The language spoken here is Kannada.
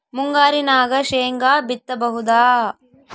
ಮುಂಗಾರಿನಾಗ ಶೇಂಗಾ ಬಿತ್ತಬಹುದಾ?